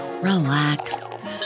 relax